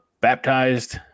Baptized